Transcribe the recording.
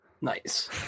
Nice